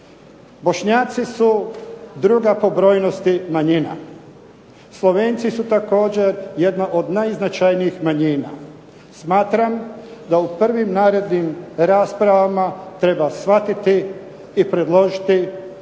Bošnjaci su druga po brojnosti manjina. Slovenci su također jedna od najznačajnijih manjina. Smatram da u prvim narednim raspravama treba shvatiti i predložiti da Bošnjaci